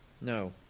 No